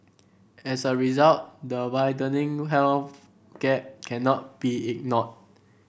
as a result the widening wealth gap cannot be ignored